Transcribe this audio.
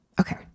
Okay